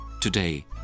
today